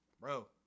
bro